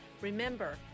Remember